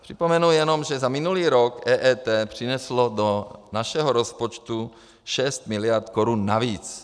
Připomenu jenom, že za minulý rok EET přineslo do našeho rozpočtu 6 miliard korun navíc.